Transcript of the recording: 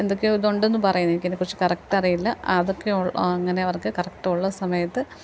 എന്തൊക്കെയോ ഇതുണ്ടെന്ന് പറയുന്നു എനിക്ക് അതിനെക്കുറിച്ച് കറക്റ്റ് അറിയില്ല അതൊക്കെ ഉള്ള അങ്ങനെ അവർക്ക് കറക്റ്റ് ഉള്ള സമയത്ത്